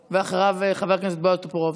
אחריו, חבר הכנסת בועז טופורובסקי.